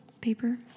paper